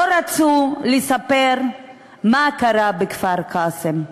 לא רצו לספר מה קרה בכפר-קאסם.